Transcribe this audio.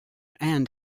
and